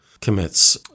commits